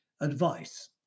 advice